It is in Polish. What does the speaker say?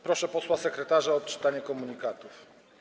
Proszę posła sekretarza o odczytanie komunikatów.